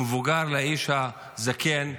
למבוגר, לאיש הזקן?